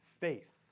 faith